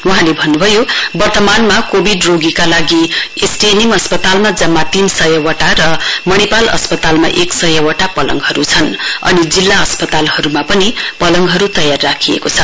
वहाँले भन्न्भयो वर्तमानमा कोविड रोगीहरूका लागि एसटीएनएम अस्पतालमा जम्मा तीनसयवटा र मणिपाल अस्पतालमा एक सयवटा पलङहरू छन् र जिल्ला अस्पतालहरूमा पनि पलङहरू तयार राखिएको छ